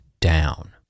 down